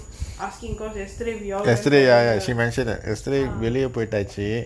asking because yesterday we all lane ah